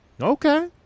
Okay